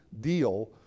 deal